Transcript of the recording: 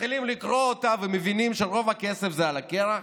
מתחילים לקרוא אותה ומבינים של רוב הכסף זה על הקרח,